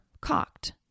cocked